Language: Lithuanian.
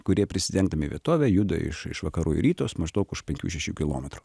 kurie prisidengdami vietove juda iš iš vakarų į rytus maždaug už penkių šešių kilometrų